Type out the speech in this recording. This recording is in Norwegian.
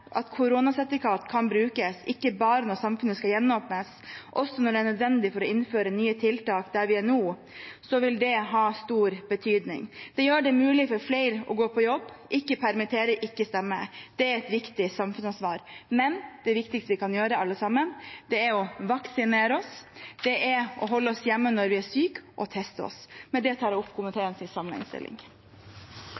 at vi nå presiserer at koronasertifikat kan brukes ikke bare når samfunnet skal gjenåpnes, men også når det er nødvendig for å innføre nye tiltak der vi er nå, vil ha stor betydning. Det gjør det mulig for flere å gå på jobb – ikke permittere, ikke stenge. Det er et viktig samfunnsansvar. Men det viktigste vi kan gjøre, alle sammen, er å vaksinere oss, holde oss hjemme når vi er syke, og å teste oss. Med det anbefaler jeg